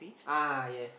ah yes